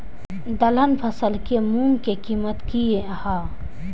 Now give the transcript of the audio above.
दलहन फसल के मूँग के कीमत की हय?